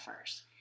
first